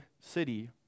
city